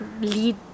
lead